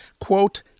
quote